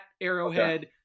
Arrowhead